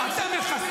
אתה בור.